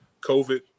COVID